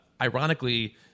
ironically